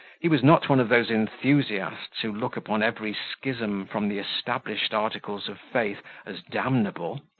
he was not one of those enthusiasts who look upon every schism from the established articles of faith as damnable,